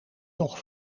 nog